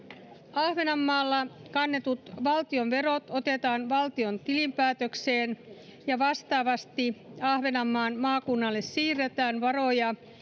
ahvenanmaalla kannetut valtionverot otetaan valtion tilinpäätökseen ja vastaavasti ahvenanmaan maakunnalle siirretään varoja